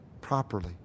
properly